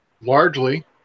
largely